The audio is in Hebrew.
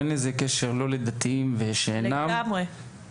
אין לזה קשר לדתיים ושאינם דתיים,